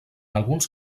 alguns